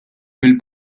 mill